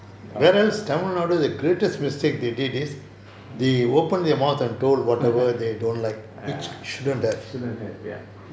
ya shouldn't have ya